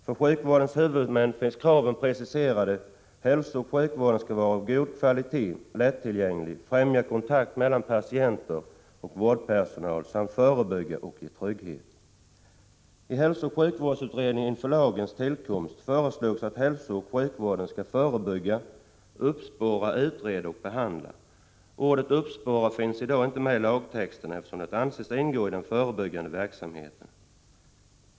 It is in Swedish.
För sjukvårdens huvudmän finns preciserade krav på att hälsooch sjukvården skall vara av god kvalitet och lättillgänglig, främja kontakten mellan patienter och vårdpersonal samt förebygga och ge trygghet. I hälsooch sjukvårdsutredningen som föregick lagens tillkomst föreslogs att hälsooch sjukvården skall förebygga, uppspåra, utreda och behandla. Ordet ”uppspåra” finns inte i lagtexten, eftersom det anses ingå i den förebyggande verksamheten.